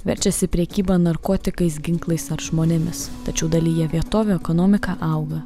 verčiasi prekyba narkotikais ginklais ar žmonėmis tačiau dalyje vietovių ekonomika auga